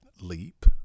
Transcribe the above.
leap